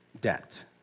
debt